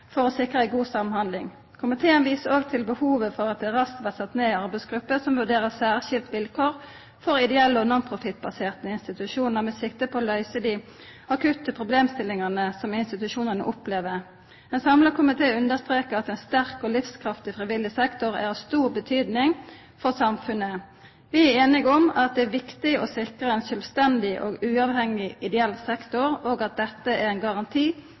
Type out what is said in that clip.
for å sikra ei god samhandling. Komiteen viser òg til behovet for at det raskt blir sett ned ei arbeidsgruppe som vurderer særskilt vilkår for ideelle og nonprofitbaserte institusjonar med sikte på å løyse dei akutte problemstillingane som institusjonane opplever. Ein samla komité understrekar at ein sterk og livskraftig frivillig sektor er av stor betydning for samfunnet. Vi er einige om at det er viktig å sikra ein sjølvstendig og uavhengig ideell sektor, og at dette er ein garanti